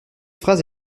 phrase